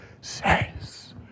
says